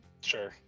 Sure